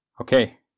Okay